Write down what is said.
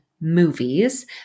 movies